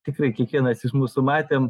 tikrai kiekvienas iš mūsų matėm